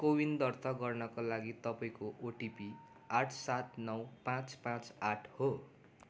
कोविन दर्ता गर्नाका लागि तपाईँँको ओटिपी आठ सात नौ पाँच पाँच आठ हो